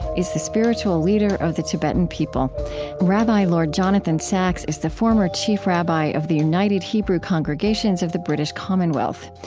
is the spiritual leader of the tibetan people rabbi lord jonathan sacks is the former chief rabbi of the united hebrew congregations of the british commonwealth.